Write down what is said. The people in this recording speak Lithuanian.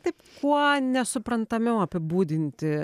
taip kuo nesuprantamiau apibūdinti